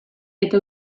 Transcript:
eta